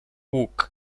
łuk